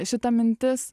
šita mintis